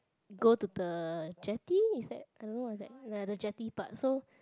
go to the jetty instead I don't know what's that ya the jetty part so